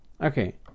okay